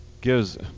gives